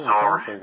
Sorry